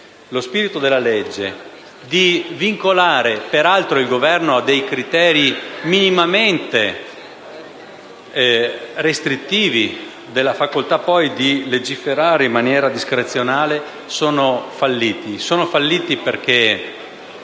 lo spirito della legge, vincolando il Governo a criteri, peraltro, minimamente restrittivi della facoltà di legiferare in maniera discrezionale, sono falliti. Sono falliti perché